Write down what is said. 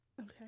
okay